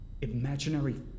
Imaginary